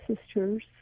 sisters